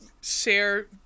share